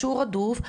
שהוא רדוף,